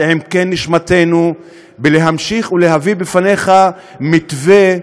עמקי נשמתנו להמשיך ולהביא בפניך מתווה,